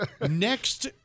Next